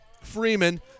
Freeman